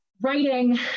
writing